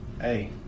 Hey